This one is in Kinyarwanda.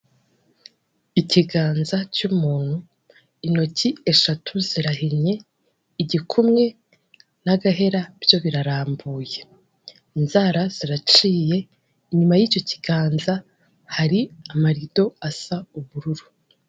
Ikiganza cy'umuntu, intoki eshatu zirahinnye igikumwe n'agahera byo birarambuye, inzara ziraciye inyuma y'icyo kiganza hari amarido asa ubururu.